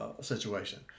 situation